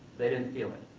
they didn't feel it.